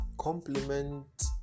complement